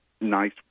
nice